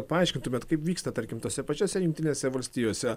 paaiškintumėt kaip vyksta tarkim tose pačiose jungtinėse valstijose